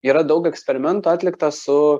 yra daug eksperimentų atlikta su